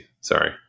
Sorry